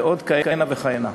ועוד כהנה וכהנה.